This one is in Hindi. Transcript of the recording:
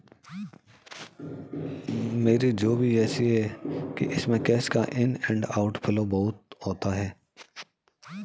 मेरी जॉब ही ऐसी है कि इसमें कैश का इन एंड आउट फ्लो बहुत होता है